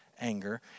anger